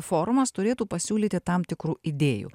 forumas turėtų pasiūlyti tam tikrų idėjų